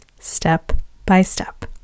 step-by-step